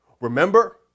Remember